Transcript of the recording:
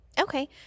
Okay